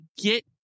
get